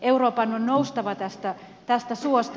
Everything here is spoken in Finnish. euroopan on noustava tästä suosta